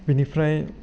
बिनिफ्राय